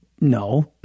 no